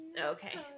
Okay